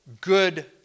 good